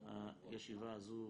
תשע"ח-2018,